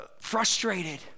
frustrated